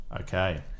Okay